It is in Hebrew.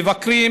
מבקרים